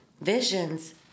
visions